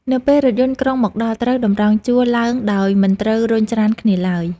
នៅពេលរថយន្តក្រុងមកដល់ ត្រូវតម្រង់ជួរឡើងដោយមិនត្រូវរុញច្រានគ្នាឡើយ។